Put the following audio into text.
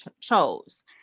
chose